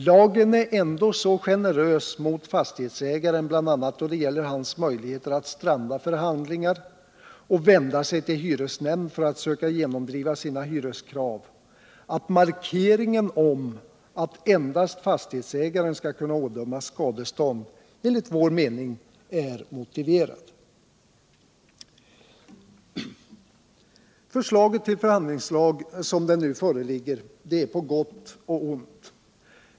Lagen är ändå så generös mot fastighetsägaren bl.a. då det gäller hans möjligheter att stranda förhandlingar och vända sig ull hyresnämnd för att söka genomdriva sina hyreskrav att markeringen om att endast fastighetsägaren skall kunna ådömas skadestånd är motiverad. Förslaget till förhandlingslag som det nu föreligger är på gott och ont.